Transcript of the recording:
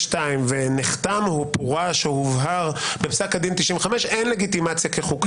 ב-1992 ונחתם או פורש או הובהר בפסק הדין 1995 אין לגיטימציה כחוקה?